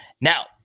Now